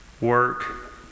work